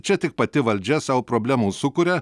čia tik pati valdžia sau problemų sukuria